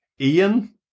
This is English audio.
Ian